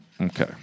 okay